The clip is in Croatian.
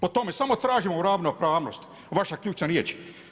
Po tome samo tražimo ravnopravnost, vaša ključna riječ.